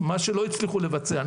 מה שלא הצליחו לבצע,